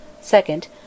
second